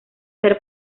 ser